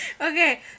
Okay